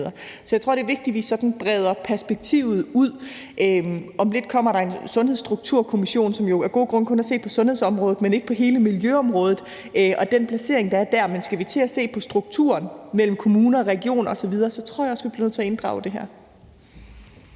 Så jeg tror, det er vigtigt, at vi sådan breder perspektivet ud. Om lidt kommer der en Sundhedsstrukturkommissionen, som jo af gode grunde kun har set på sundhedsområdet, men ikke på hele miljøområdet og den placering, der er dér. Men skal vi til at se på strukturen mellem kommuner og regioner osv., tror jeg også, vi bliver nødt til at inddrage det her.